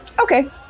Okay